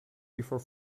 before